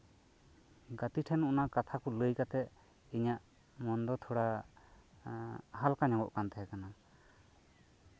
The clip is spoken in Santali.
ᱜᱟᱛᱮ ᱴᱷᱮᱱ ᱚᱱᱟ ᱠᱟᱛᱷᱟ ᱠᱚ ᱞᱟᱹᱭ ᱠᱟᱛᱮᱫ ᱤᱧᱟᱹᱜ ᱢᱚᱱ ᱫᱚ ᱛᱷᱚᱲᱟ ᱦᱟᱞᱠᱟ ᱧᱚᱜᱚᱜ ᱠᱟᱱ ᱛᱟᱦᱮᱸ ᱠᱟᱱᱟ